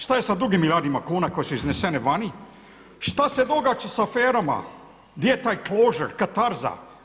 Šta je sa drugim milijardama kuna koje su iznesene vani, šta se događa sa aferama gdje je taj … katarza?